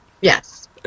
Yes